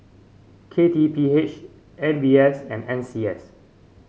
K T P H M B S and N C S